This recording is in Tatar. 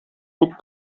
күп